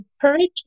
courage